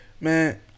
man